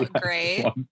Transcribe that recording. great